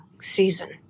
season